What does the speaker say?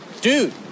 Dude